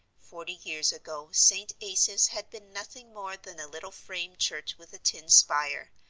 forty years ago st. asaph's had been nothing more than a little frame church with a tin spire,